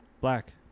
Black